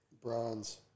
Bronze